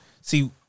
see